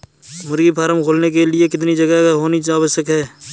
मुर्गी फार्म खोलने के लिए कितनी जगह होनी आवश्यक है?